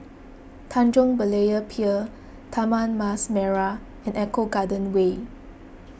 Tanjong Berlayer Pier Taman Mas Merah and Eco Garden Way